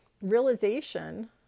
realization